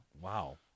Wow